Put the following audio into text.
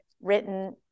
written